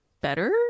better